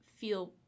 feel